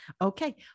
Okay